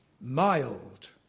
mild